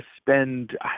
spend